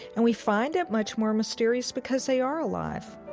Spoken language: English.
and we find it much more mysterious because they are alive